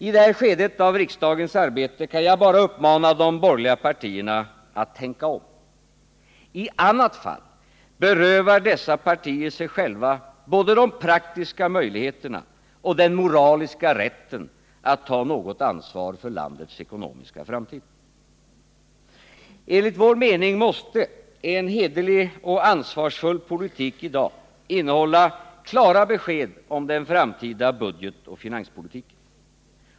I det här skedet av riksdagens arbete kan jag bara uppmana de borgerliga partierna att tänka om. I annat fall berövar dessa partier sig själva både de praktiska möjligheterna och den moraliska rätten att ta något ansvar för landets ekonomiska framtid. Enligt vår mening måste en hederlig och ansvarsfull politik i dag innehålla klara besked om den framtida budgetoch finanspolitiken.